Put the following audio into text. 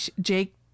jake